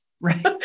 Right